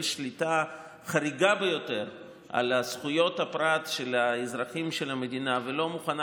שליטה חריגה ביותר על זכויות הפרט של אזרחי המדינה ולא מוכנה